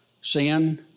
Sin